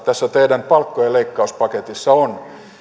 tässä teidän palkkojen leikkauspaketissa on